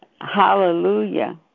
hallelujah